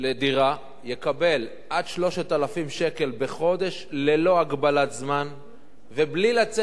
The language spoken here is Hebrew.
יקבל עד 3,000 שקלים בחודש ללא הגבלת זמן ובלי לצאת מהתור.